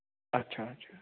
ਅੱਛਾ ਅੱਛਾ